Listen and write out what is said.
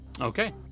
Okay